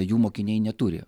jų mokiniai neturi